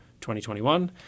2021